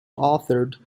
authored